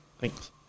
Thanks